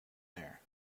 there